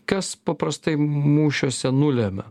kas paprastai mūšiuose nulemia